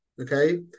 Okay